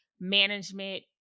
management